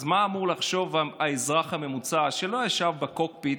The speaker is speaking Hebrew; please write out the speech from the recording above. אז מה אמור לחשוב האזרח הממוצע, שלא ישב בקוקפיט